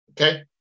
okay